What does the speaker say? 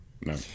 No